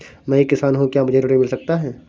मैं एक किसान हूँ क्या मुझे ऋण मिल सकता है?